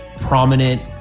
prominent